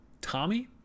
Tommy